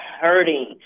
hurting